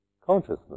consciousness